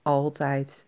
altijd